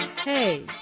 Hey